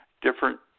different